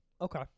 Okay